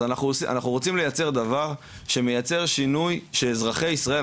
אז אנחנו רוצים לייצר דבר שמייצר שינוי שאזרחי ישראל,